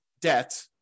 debt